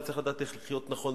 וצריך לדעת איך לחיות נכון,